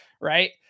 Right